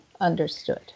understood